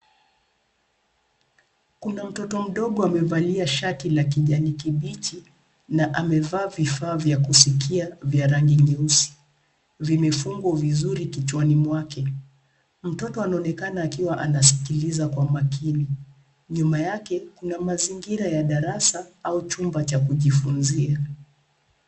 Kuna mtoto mdogo amevalia shati la kijani kibichi na amevaa vifaa vya kusikia vya rangi nyeusi. Vimefungwa vizuri kichwani mwake. Mtoto anaonekana akiwa anasikiliza kwa makini. Nyuma yake kuna mazingira ya darasa au chumba cha kujifunzia.